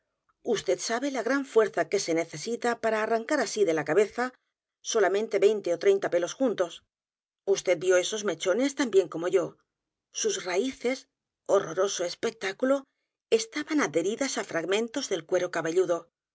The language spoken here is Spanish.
usted sabe la gran fuerza que se necesita p a r a arrancar así de la cabeza solamente veinte ó treinta pelos juntos usted vio esos mechones tan bien como yo sus raíces horroroso espectáculo estaban adheridas á fragmentos del cuero